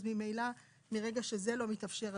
אז ממילא מרגע שזה לא מתאפשר,